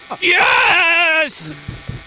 Yes